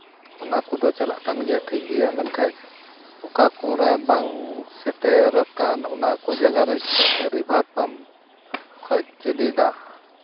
ᱚᱱᱟ ᱠᱚᱫᱚ ᱪᱟᱞᱟᱜ ᱠᱟᱱ ᱜᱮᱭᱟ ᱴᱷᱤᱠ ᱜᱮᱭᱟ ᱢᱮᱱᱠᱷᱟᱱ ᱚᱠᱟ ᱠᱚᱨᱮ ᱵᱟᱝ ᱥᱮᱴᱮᱨ ᱟᱠᱟᱱ ᱚᱱᱟ ᱠᱚ ᱡᱟᱭᱜᱟ ᱨᱮ ᱨᱤᱵᱷᱟᱨ ᱯᱟᱢᱯ ᱠᱷᱚᱱ ᱡᱩᱫᱤ ᱫᱟᱜ